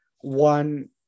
One